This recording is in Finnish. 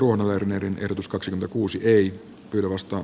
mika niikon ehdotus kaksi kuusi heli pylvästä